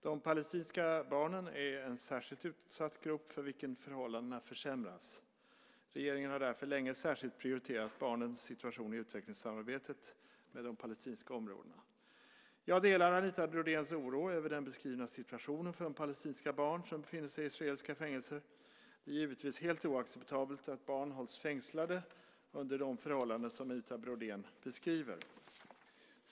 De palestinska barnen är en särskilt utsatt grupp för vilken förhållandena försämras. Regeringen har därför länge särskilt prioriterat barnens situation i utvecklingssamarbetet med de palestinska områdena. Jag delar Anita Brodéns oro över den beskrivna situationen för de palestinska barn som befinner sig i israeliska fängelser. Det är givetvis helt oacceptabelt att barn hålls fängslade under de förhållanden som Anita Brodén beskriver.